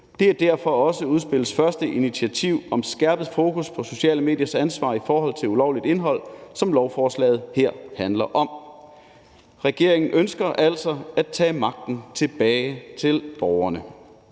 Det er derfor også udspillets første initiativ om skærpet fokus på sociale mediers ansvar i forhold til ulovligt indhold, som lovforslaget her handler om. Regeringen ønsker altså at give magten tilbage til borgerne.